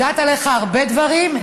אני יודעת עליך הרבה דברים,